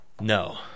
No